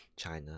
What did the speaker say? China